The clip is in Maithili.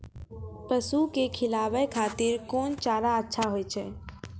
पसु के खिलाबै खातिर कोन चारा अच्छा होय छै?